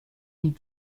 wie